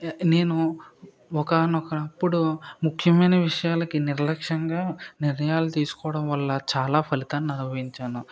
నేను ఒకానొకపుడు ముఖ్యమైన విషయాలకి నిర్లక్ష్యంగా నిర్ణయాలు తీసుకోవడం వల్ల చాలా ఫలితాన్ని అనుభవించాను